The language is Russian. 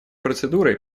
процедурой